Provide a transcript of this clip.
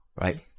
right